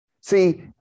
See